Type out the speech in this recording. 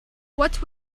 what